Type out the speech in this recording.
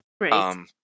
Right